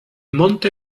monte